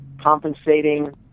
compensating